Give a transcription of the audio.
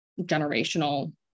generational